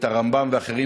את הרמב"ם ואחרים,